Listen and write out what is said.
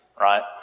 right